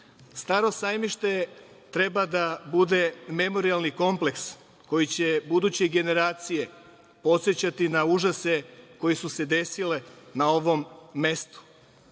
Sajmište treba da bude memorijalni kompleks koji će buduće generacije podsećati na užase koji su se desili na ovom mestu.